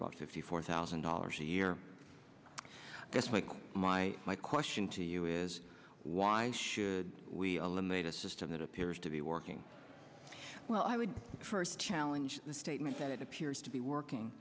about fifty four thousand dollars a year that's like my my question to you is why should we limit a system that appears to be working well i would first challenge the statement that it appears to be working